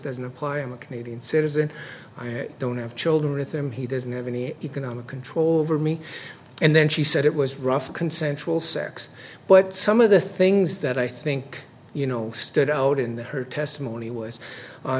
doesn't apply i'm a canadian citizen i don't have children with him he doesn't have any economic control over me and then she said it was rough consensual sex but some of the things that i think you know stood out in the her testimony was